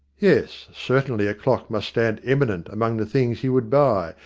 yes, certainly a clock must stand eminent among the things he would buy,